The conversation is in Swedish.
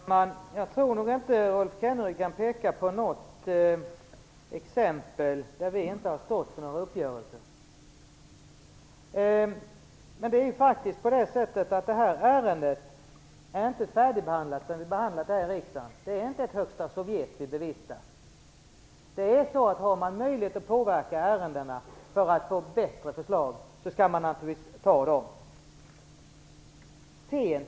Herr talman! Jag tror inte att Rolf Kenneryd kan peka på något exempel på att vi inte har stått för uppgörelser. Detta ärende är faktiskt inte färdigbehandlat förrän det är behandlat här i riksdagen. Det är inte ett högsta sovjet vi bevistar. Har man möjlighet att påverka ärendena för att få fram bättre förslag skall man naturligtvis ta de möjligheterna.